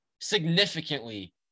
Significantly